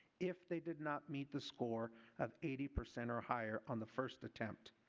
if they did not meet the score of eighty percent or higher on the first attempt.